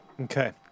Okay